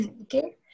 Okay